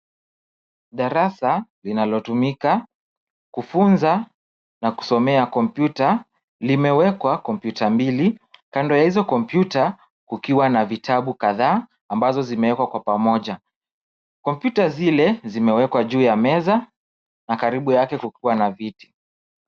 Darasa linalotumika kufunza na kusomea Kompyuta limewekwa kompyuta mbili, kando ya hizo kompyuta kukiwa na vitabu kadhaa ambazo zimewekwa kwa pamoja. Kompyuta zile zimewekwa juu ya meza na karibu yake kukiwa na viti.